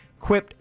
quipped